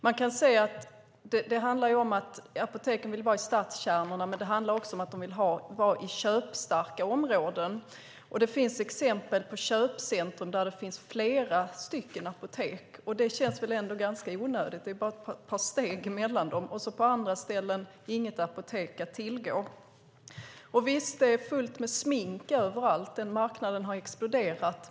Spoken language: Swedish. Vi kan se att det handlar om att apoteken vill vara i stadskärnorna, men det handlar också om att de vill vara i köpstarka områden. Det finns exempel på köpcentrum där det finns flera apotek. Det känns väl ändå ganska onödigt - det är bara ett par steg emellan dem, och på andra ställen finns inget apotek att tillgå. Visst, det är fullt med smink överallt. Den marknaden har exploderat.